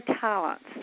talents